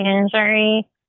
injury